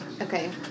Okay